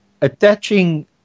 attaching